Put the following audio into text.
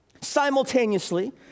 Simultaneously